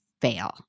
fail